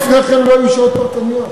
לפני כן לא היו שעות פרטניות,